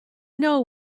know